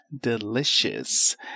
delicious